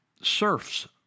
serfs